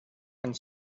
and